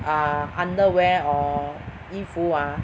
ah underwear or 衣服 ah